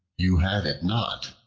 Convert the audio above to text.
you had it not,